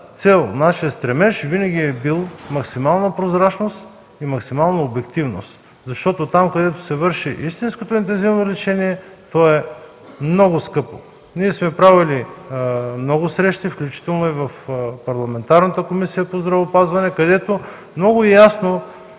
цел, нашият стремеж винаги е бил максимална прозрачност и максимална обективност. Защото там, където се върши истинското интензивно лечение, то е много скъпо. Ние сме правили много срещи, включително и в парламентарната Комисия по здравеопазването, където много ясно